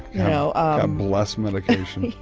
you know ah bless medication.